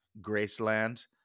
Graceland